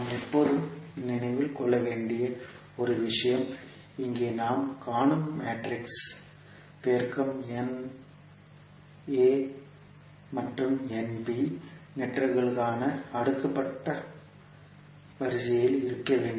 நாம் எப்போதும் நினைவில் கொள்ள வேண்டிய ஒரு விஷயம் இங்கே நாம் காணும் மேட்ரிக்ஸின் பெருக்கம் N a மற்றும் N b நெட்வொர்க்குகள் அடுக்கப்பட்ட வரிசையில் இருக்க வேண்டும்